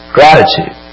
Gratitude